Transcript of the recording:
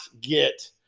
get